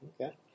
Okay